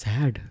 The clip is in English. Sad